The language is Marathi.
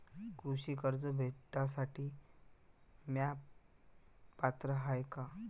कृषी कर्ज भेटासाठी म्या पात्र हाय का?